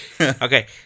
Okay